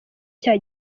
cya